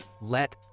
let